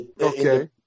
Okay